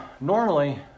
normally